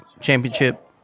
championship